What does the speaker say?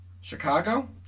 Chicago